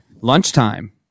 lunchtime